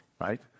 right